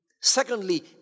Secondly